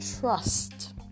trust